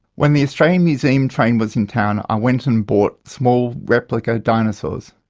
when the australian museum train was in town i went and bought small replica dinosaurs.